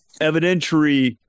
evidentiary